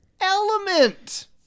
Element